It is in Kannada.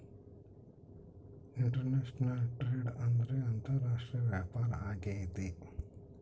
ಇಂಟರ್ನ್ಯಾಷನಲ್ ಟ್ರೇಡ್ ಅಂದ್ರೆ ಅಂತಾರಾಷ್ಟ್ರೀಯ ವ್ಯಾಪಾರ ಆಗೈತೆ